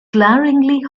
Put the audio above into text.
glaringly